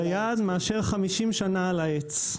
מאשר 50 שנה על העץ.